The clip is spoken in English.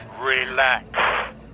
Relax